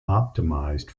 optimized